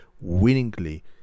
willingly